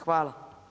Hvala.